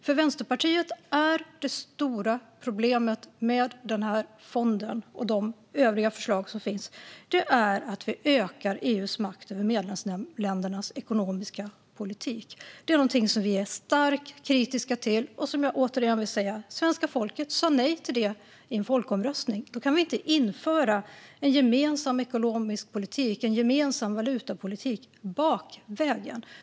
För Vänsterpartiet är det stora problemet med den här fonden och de övriga förslagen att detta ökar EU:s makt över medlemsländernas ekonomiska politik. Det är någonting som vi är starkt kritiska till. Jag säger det igen: Svenska folket sa nej till detta i en folkomröstning. Då kan vi inte införa en gemensam ekonomisk politik, en gemensam valutapolitik, bakvägen.